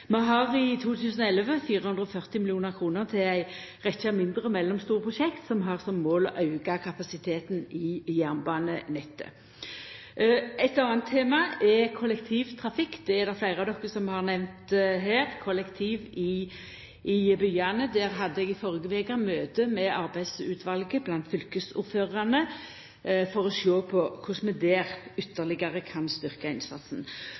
har i 2011 440 mill. kr til ei rekkje mindre og mellomstore prosjekt, som har som mål å auka kapasiteten i jernbanenettet. Eit anna tema er kollektivtrafikk. Det er det fleire av dykk som har nemnt her: kollektivtrafikk i byane. Eg hadde i førre veke eit møte med arbeidsutvalet blant fylkesordførarane for å sjå på korleis vi der ytterlegare kan styrkja innsatsen.